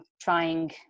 trying